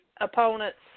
opponents